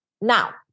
Now